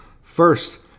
First